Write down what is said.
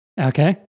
Okay